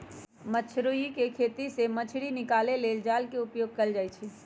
मछरी कें खेति से मछ्री निकाले लेल जाल के उपयोग कएल जाइ छै